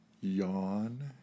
yawn